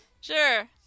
Sure